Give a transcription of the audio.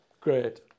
great